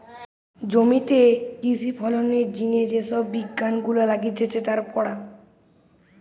জমিতে কৃষি ফলনের জিনে যে সব বিজ্ঞান গুলা লাগতিছে তার পড়া